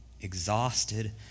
exhausted